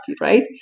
right